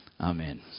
Amen